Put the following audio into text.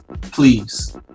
Please